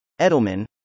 Edelman